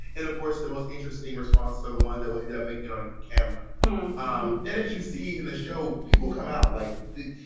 and of course, the most interesting response to the ones that were endemic you know on camera um and as you see in the show, people come out like this.